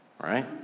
right